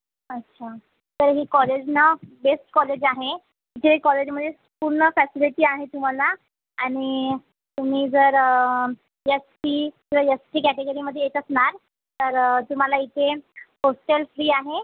अच्छा तर ही कॉलेज ना बेस्ट कॉलेज आहे जे कॉलेजमध्ये पूर्ण फॅसिलिटी आहे तुम्हाला आणि तुम्ही जर यस टी किंवा यस सी कॅटेगरीमध्ये येत असणार तर तुम्हाला इथे होस्टेल फ्री आहे